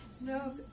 no